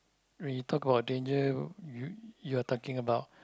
when you talk about danger you you are talking about